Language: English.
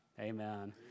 amen